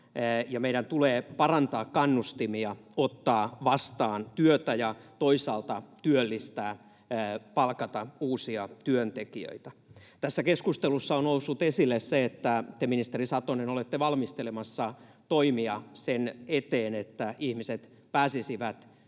meidän tulee parantaa kannustimia ottaa vastaan työtä ja toisaalta työllistää, palkata uusia työntekijöitä. Tässä keskustelussa on noussut esille se, että te, ministeri Satonen, olette valmistelemassa toimia sen eteen, että ihmiset pääsisivät työhön